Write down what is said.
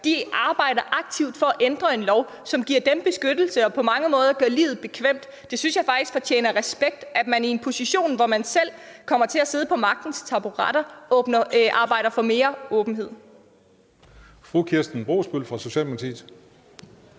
arbejder aktivt for at ændre en lov, som giver dem beskyttelse og på mange måder gør livet bekvemt. Jeg synes faktisk, at det fortjener respekt, at man i en position, hvor man selv kommer til at sidde på magtens taburetter, arbejder for mere åbenhed.